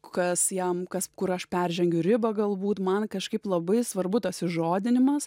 kas jam kas kur aš peržengiu ribą galbūt man kažkaip labai svarbu tas žodinimas